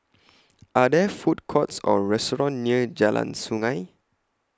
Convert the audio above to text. Are There Food Courts Or restaurants near Jalan Sungei